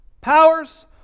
powers